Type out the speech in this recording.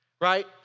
right